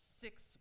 six